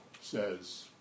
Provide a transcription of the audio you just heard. says